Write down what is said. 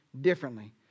differently